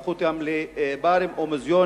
הפכו אותם לבארים או מוזיאונים.